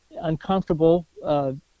uncomfortable